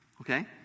Okay